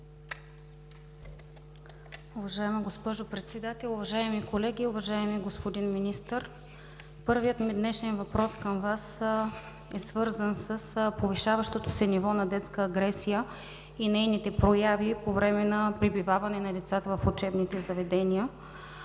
Уважаема госпожо Председател, уважаеми колеги, уважаеми господин Министър. Първият ми днешен въпрос към Вас е свързан с повишаващото се ниво на детска агресия и нейните прояви по време на пребиваване на децата в учебните заведения.